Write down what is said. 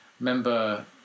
Remember